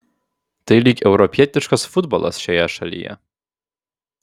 tai lyg europietiškas futbolas šioje šalyje